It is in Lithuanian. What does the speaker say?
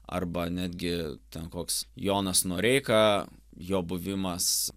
arba netgi ten koks jonas noreika jo buvimas